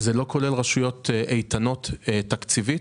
זה לא כולל רשויות איתנות תקציבית.